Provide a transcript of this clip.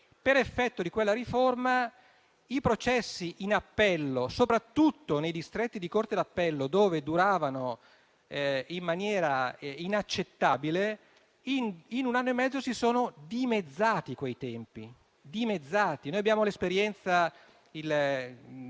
superare, i tempi dei processi in appello, soprattutto nei distretti di corte d'appello dove duravano in maniera inaccettabile, in un anno e mezzo si sono dimezzati. Abbiamo